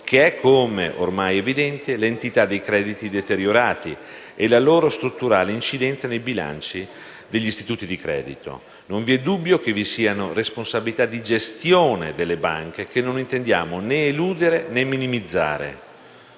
che è, come ormai evidente, l'entità dei crediti deteriorati e la loro strutturale incidenza nei bilanci degli istituti di credito. Non vi è dubbio che vi siano responsabilità di gestione delle banche che non intendiamo né eludere né minimizzare.